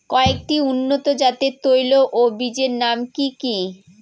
কয়েকটি উন্নত জাতের তৈল ও বীজের নাম কি কি?